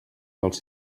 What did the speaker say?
dels